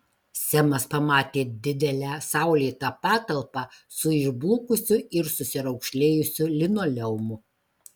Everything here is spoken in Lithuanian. semas pamatė didelę saulėtą patalpą su išblukusiu ir susiraukšlėjusiu linoleumu